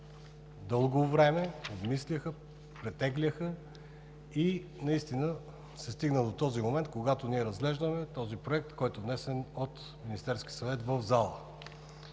дълго време обмисляха, претегляха и наистина се стигна до този момент, когато разглеждаме Проекта, внесен от Министерския съвет в залата.